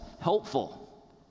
helpful